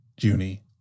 Junie